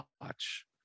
watch